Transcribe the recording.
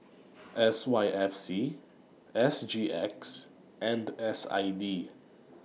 S Y F C S G X and S I D